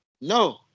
no